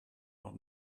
not